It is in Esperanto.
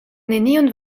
nenion